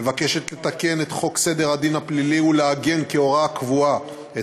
מבקשת לתקן את חוק סדר הדין הפלילי ולעגן כהוראה קבועה את